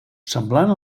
semblant